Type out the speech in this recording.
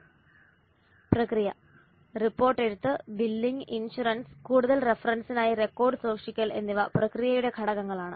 പ്രക്രിയ റിപ്പോർട്ട് എഴുത്ത് billing insurance കൂടുതൽ റഫറൻസിനായി റെക്കോർഡ് സൂക്ഷിക്കൽ എന്നിവ പ്രക്രിയയുടെ ഘടകങ്ങളാണ്